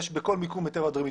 באפריל.